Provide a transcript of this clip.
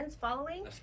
Following